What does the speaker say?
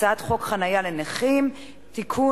הצעת חוק חנייה לנכים (תיקון,